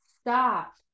stop